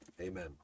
Amen